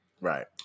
right